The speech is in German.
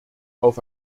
auf